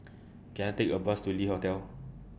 Can I Take A Bus to Le Hotel